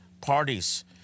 parties